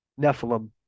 Nephilim